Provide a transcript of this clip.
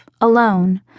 alone